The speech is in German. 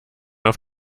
auf